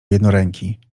jednoręki